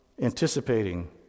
anticipating